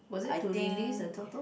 I think